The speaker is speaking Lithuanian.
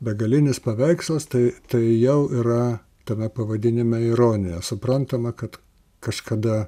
begalinis paveikslas tai tai jau yra tame pavadinime ironija suprantama kad kažkada